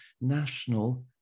national